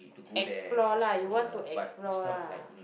explore lah you want to explore lah